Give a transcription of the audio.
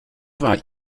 war